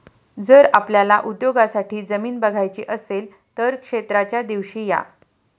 जर आपल्याला उद्योगासाठी जमीन बघायची असेल तर क्षेत्राच्या दिवशी या